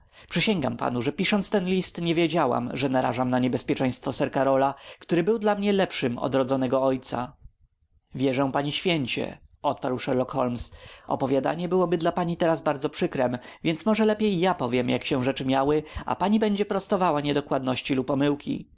przysięgam panu iż pisząc ten list nie wiedziałam że narażam na niebezpieczeństwo sir karola który był dla mnie lepszym od rodzonego ojca wierzę pani święcie odparł sherlock holmes opowiadanie byłoby dla pani bardzo przykrem więc może lepiej ja powiem jak się rzeczy miały a pani będzie prostowała niedokładności lub omyłki